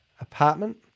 apartment